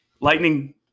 Lightning